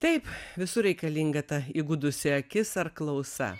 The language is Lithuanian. taip visur reikalinga ta įgudusi akis ar klausa